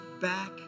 back